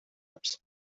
apps